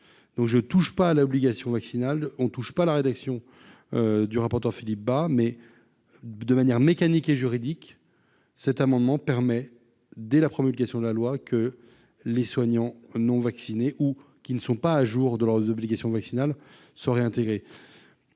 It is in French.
donc je touche pas à l'obligation vaccinale on touche pas à la rédaction du rapporteur Philippe Bas, mais de manière mécanique et juridique, cet amendement permet dès la promulgation de la loi que les soignants non vaccinés ou qui ne sont pas à jour de leurs obligations vaccinales sont réintégrés,